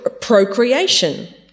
procreation